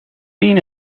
seen